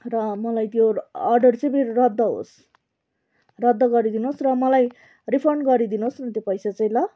र मलाई त्यो अर्डर चाहिँ मेरो रद्द होस् रद्द गरिदिनुहोस् र मलाई रिफन्ड गरिदिनुहोस् न त्यो पैसा चाहिँ ल